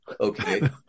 okay